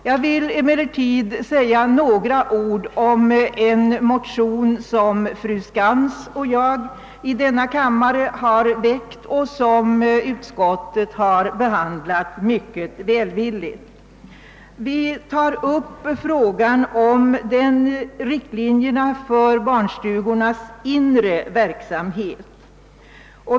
Jag vill emellertid säga några ord om en motion som fru Skantz och jag väckt i denna kammare och : som utskottet behandlat mycket välvilligt. Vi tar upp frågan om riktlinjerna för barnstugornas inre verksamhet.